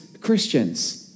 Christians